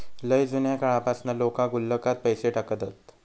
लय जुन्या काळापासना लोका गुल्लकात पैसे टाकत हत